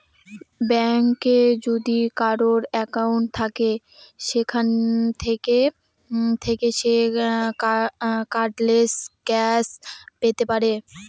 ব্যাঙ্কে যদি কারোর একাউন্ট থাকে সেখান থাকে সে কার্ডলেস ক্যাশ পেতে পারে